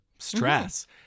stress